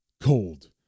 cold